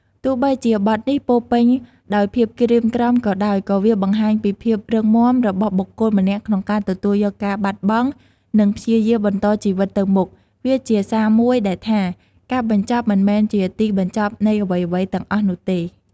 ទោះបីជាបទនេះពោរពេញដោយភាពក្រៀមក្រំក៏ដោយ ក៏វាបង្ហាញពីភាពរឹងមាំរបស់បុគ្គលម្នាក់ក្នុងការទទួលយកការបាត់បង់ និងព្យាយាមបន្តជីវិតទៅមុខ វាជាសារមួយដែលថា ការបញ្ចប់មិនមែនជាទីបញ្ចប់នៃអ្វីៗទាំងអស់នោះទេ។